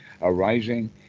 arising